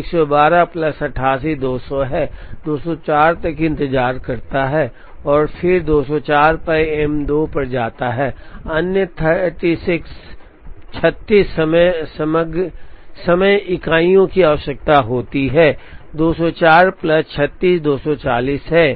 112 plus 88 200 है 204 तक इंतजार करता है और फिर 204 पर M 2 पर जाता है अन्य 36 समय इकाइयों की आवश्यकता होती है 204 प्लस 36 240 है